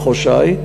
מחוז ש"י,